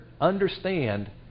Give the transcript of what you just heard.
understand